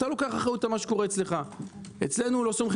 כרמיאל, פרויקט שהשקענו